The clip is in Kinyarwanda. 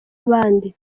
abandi